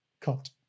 cut